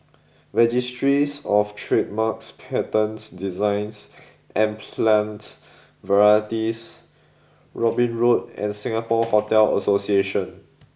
registries of Trademarks Patents Designs and Plant Varieties Robin Road and Singapore Hotel Association